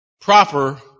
proper